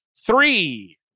Three